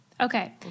okay